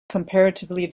comparatively